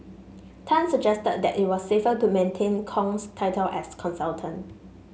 Tan suggested that it was safer to maintain Kong's title as consultant